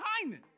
kindness